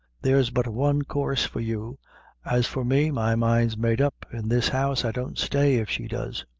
there's but one coorse for you as for me, my mind's made up in this house i don't stay if she does.